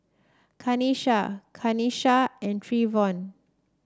Kanesha Kanesha and Treyvon